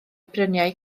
bryniau